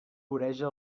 voreja